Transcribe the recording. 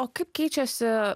o kaip keičiasi